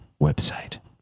website